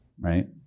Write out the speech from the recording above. Right